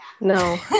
No